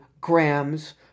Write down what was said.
grams